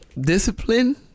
discipline